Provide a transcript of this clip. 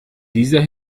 dieser